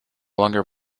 longer